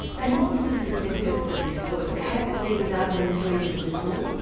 and what's the significance of this work? has it been done in this region before?